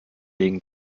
wegen